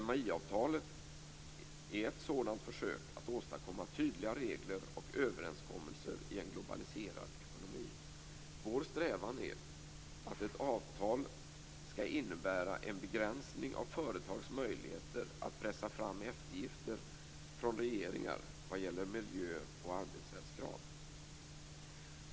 MAI-avtalet är ett sådant försök att åstadkomma tydliga regler och överenskommelser i en globaliserad ekonomi. Vår strävan är att ett avtal skall innebära en begränsning av företags möjligheter att pressa fram eftergifter från regeringar vad gäller miljö och arbetsrättskrav.